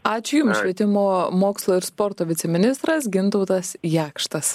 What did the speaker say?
ačiū jums švietimo mokslo ir sporto viceministras gintautas jakštas